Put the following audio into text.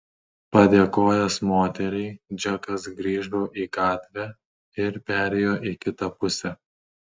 padėkojęs moteriai džekas grįžo į gatvę ir perėjo į kitą pusę